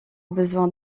besoin